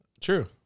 True